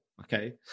okay